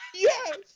Yes